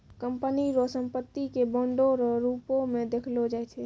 company रो संपत्ति के बांडो रो रूप मे देखलो जाय छै